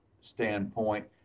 standpoint